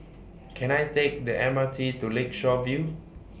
Can I Take The M R T to Lakeshore View